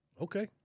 Okay